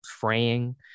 fraying